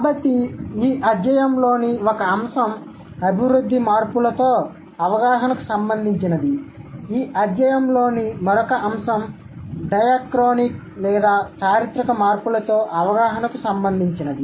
కాబట్టి ఈ అధ్యాయంలోని ఒక అంశం అభివృద్ధి మార్పులతో అవగాహనకు సంబందించినది ఈ అధ్యాయంలోని మరొక అంశం డయాక్రోనిక్ లేదా చారిత్రక మార్పులతో అవగాహనకు సంబందించినది